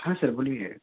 हां सर बोलीये